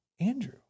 Andrew